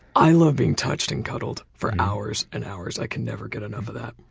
i love being touched and cuddled for hours and hours. i can never get enough of that.